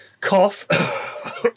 cough